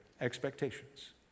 expectations